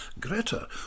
Greta